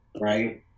right